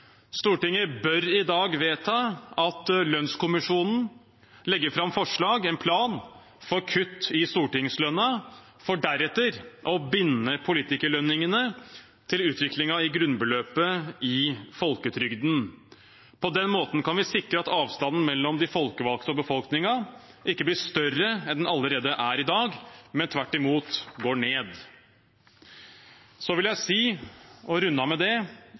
Stortinget bør i dag vedta at lønnskommisjonen legger fram forslag – en plan – for kutt i stortingslønna, for deretter å binde politikerlønningene til utviklingen i grunnbeløpet i folketrygden. På den måten kan vi sikre at avstanden mellom de folkevalgte og befolkningen ikke blir større enn den allerede er i dag, men tvert imot går ned. Jeg vil runde av med å si